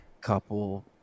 couple